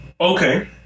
Okay